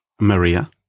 maria